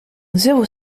zéro